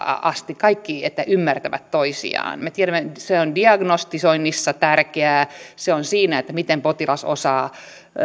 asti kaikki ymmärtävät toisiaan me tiedämme että se on diagnostisoinnissa tärkeää se on siinä miten potilas osaa